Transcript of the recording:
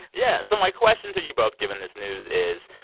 yeah. so my question to you both, given this news, is,